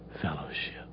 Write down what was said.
Fellowship